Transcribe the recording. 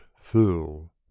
fool